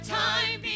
time